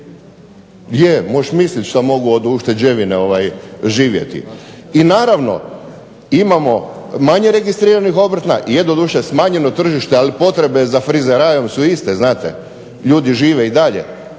mo'š mislit šta mogu od ušteđevine živjeti. I naravno, imamo manje registriranih obrta, je doduše smanjeno tržište ali potrebe za frizerajom su iste znate, ljudi žive i dalje.